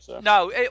No